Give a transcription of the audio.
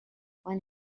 when